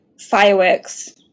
fireworks